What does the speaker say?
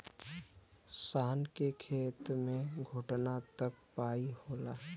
शान के खेत मे घोटना तक पाई होला